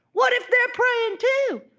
what if they're praying too?